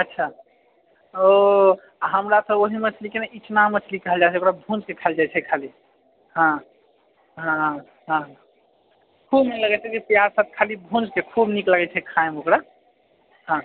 अच्छा ओ हमरा सभ ओहन मछलीकेँ इचना मछली कहल जाइ छैओकरा भुनिके खैल जाइत छै खाली हाँ हाँ हँ हाँ खूब नीक लागै छै प्याज सभ खाली भूँजिके खूब नीक लागैत छै खाइमे ओकरा हाँ